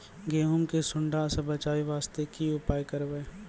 गहूम के सुंडा से बचाई वास्ते की उपाय करबै?